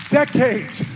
decades